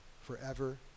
forever